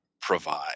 provide